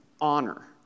honor